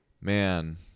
man